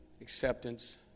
acceptance